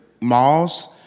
malls